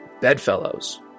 Bedfellows